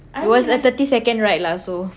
it was a thirty second ride lah so